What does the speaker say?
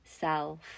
self